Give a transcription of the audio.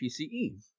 PCE